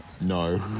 No